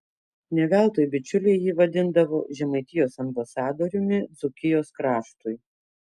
ne veltui bičiuliai jį vadindavo žemaitijos ambasadoriumi dzūkijos kraštui